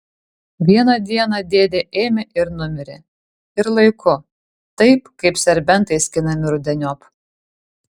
vieną dieną dėdė ėmė ir numirė ir laiku taip kaip serbentai skinami rudeniop